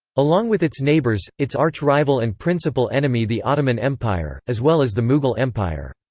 along with its neighbours, its archrival and principal enemy the ottoman empire, as well as the mughal empire.